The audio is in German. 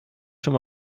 schon